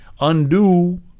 undo